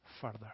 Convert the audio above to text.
further